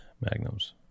Magnums